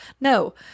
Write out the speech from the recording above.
No